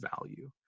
value